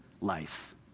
life